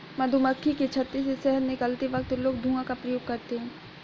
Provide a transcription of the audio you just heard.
मधुमक्खी के छत्ते से शहद निकलते वक्त लोग धुआं का प्रयोग करते हैं